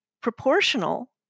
proportional